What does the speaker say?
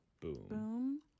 boom